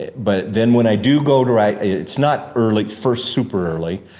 but then when i do go to write, it's not early, first super early,